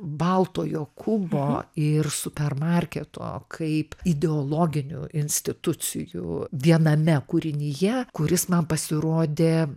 baltojo kubo ir supermarketo kaip ideologinių institucijų viename kūrinyje kuris man pasirodė